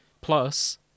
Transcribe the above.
Plus